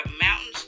mountains